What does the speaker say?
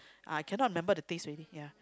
uh cannot remember the taste already ya